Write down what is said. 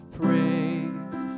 praise